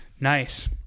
nice